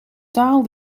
taal